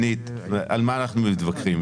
שנית, על מה אנחנו מתווכחים?